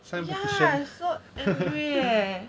ya I so angry eh